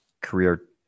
career